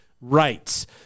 rights